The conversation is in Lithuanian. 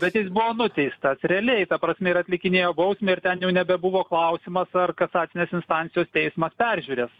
bet jis buvo nuteistas realiai ta prasme ir atlikinėjo bausmę ir ten jau nebebuvo klausimas ar kasacinės instancijos teismas peržiūrės